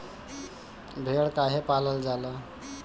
भेड़ काहे पालल जाला?